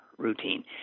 routine